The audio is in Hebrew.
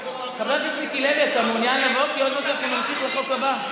אני עוברת להצעת החוק הבאה,